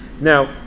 Now